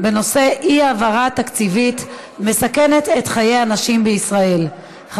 אי-העברה תקציבית מסכנת את חיי הנשים בישראל, מס'